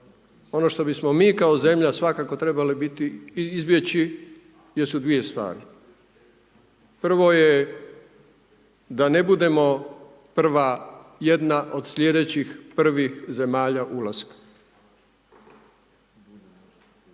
Ono što bismo mi kao zemlja svakako trebali biti i izbjeći jesu dvije stvari. Prvo je da ne budemo prva, jedna od sljedećih prvih zemalja ulaska.